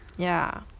ya